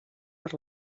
per